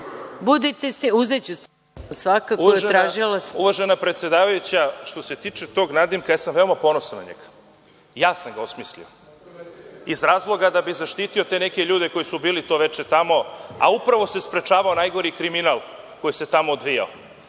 spisak. **Vladimir Đukanović** Uvažena predsedavajuća, što se tiče tog nadimka, ja sam veoma ponosan na njega. Ja sam ga osmislio, iz razloga da bih zaštitio te neke ljude koji su bili to veče tamo, a upravo se sprečavao najgori kriminal koji se tamo odvijao.